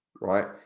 right